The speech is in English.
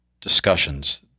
discussions